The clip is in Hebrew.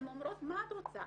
הן אומרות "מה את רוצה,